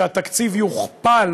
שהתקציב יוכפל,